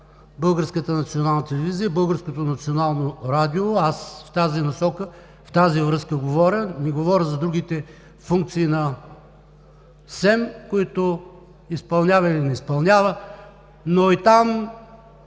Българската национална телевизия и Българското национално радио. В тази връзка говоря, не говоря за другите функции на СЕМ, които изпълнява или не изпълнява. Но и там,